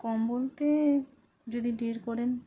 কম বলতে যদি দেড় করেন